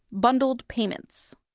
bundled payments,